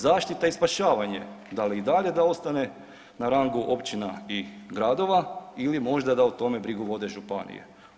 Zaštita i spašavanje, da li i dalje da ostane na rangu općina i gradova ili možda da o tome brigu vode županije?